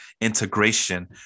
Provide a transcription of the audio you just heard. integration